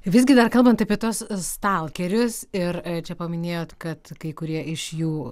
visgi dar kalbant apie tuos stalkerius ir čia paminėjot kad kai kurie iš jų